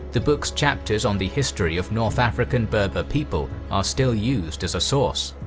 the book's chapters on the history of north african berber people are still used as a source.